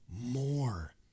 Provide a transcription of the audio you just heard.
more